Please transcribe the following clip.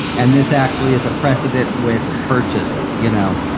and this actually is a precedent with purchase, you know.